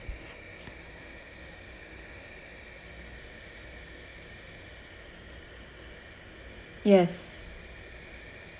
yes